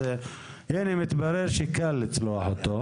הינה, מתברר שקל לצלוח את זה.